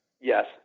Yes